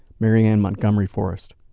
mary ann montgomery forrest,